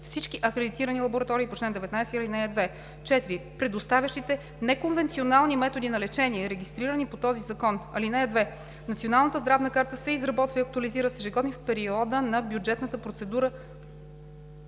всички акредитирани лаборатории по чл. 19а, ал. 2. 4. предоставящите неконвенционални методи на лечение, регистрирани по този закон. (2) Националната здравна карта се изработва и актуализира ежегодно в периода на бюджетната процедура